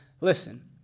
Listen